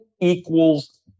equals